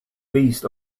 beast